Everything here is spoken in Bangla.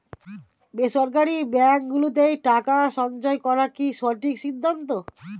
বেসরকারী ব্যাঙ্ক গুলোতে টাকা সঞ্চয় করা কি সঠিক সিদ্ধান্ত?